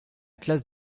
classe